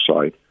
side